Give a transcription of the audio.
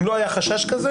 אם לא היה חשש כזה,